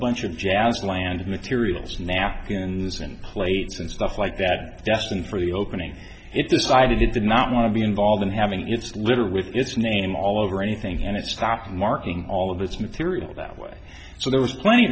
bunch of jazz land materials napkins and plates and stuff like that destined for the opening it decided it did not want to be involved in having its litter with its name all over anything and it stopped marking all of its material that way so there was plenty